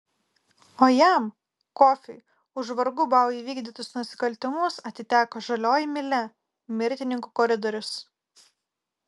o jam kofiui už vargu bau įvykdytus nusikaltimus atiteko žalioji mylia mirtininkų koridorius